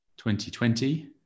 2020